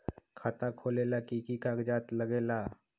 खाता खोलेला कि कि कागज़ात लगेला?